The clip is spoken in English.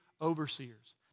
overseers